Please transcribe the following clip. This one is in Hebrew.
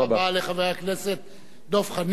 תודה רבה לחבר הכנסת דב חנין.